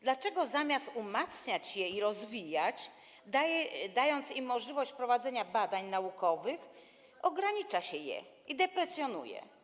Dlaczego zamiast je umacniać i rozwijać, dawać im możliwość prowadzenia badań naukowych, ogranicza się je i deprecjonuje?